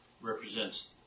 represents